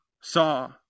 saw